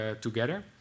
together